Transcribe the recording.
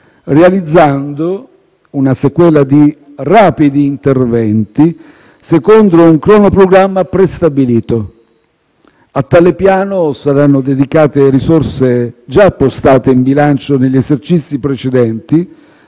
realizzando una sequela di rapidi interventi secondo un cronoprogramma prestabilito. A tale piano saranno dedicate risorse già appostate in bilancio negli esercizi precedenti,